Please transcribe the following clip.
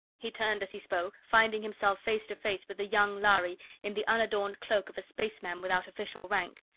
he turned as he spoke, finding himself face to face with a young lhari in the unadorned cloak of a spaceman without official rank.